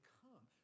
come